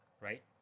right